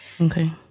okay